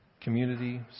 community